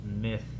myth